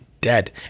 dead